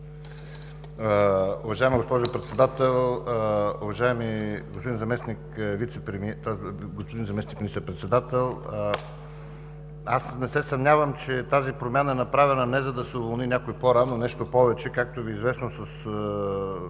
Уважаема госпожо Председател! Уважаеми господин Заместник министър-председател, не се съмнявам, че тази промяна е направена не за да се уволни някой по-рано. Нещо повече, както Ви е известно, с